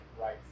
right